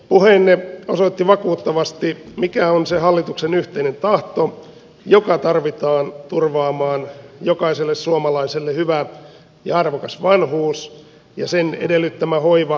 puheenne osoitti vakuuttavasti mikä on se hallituksen yhteinen tahto joka tarvitaan turvaamaan jokaiselle suomalaiselle hyvä ja arvokas vanhuus ja sen edellyttämä hoiva ja hoito